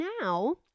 now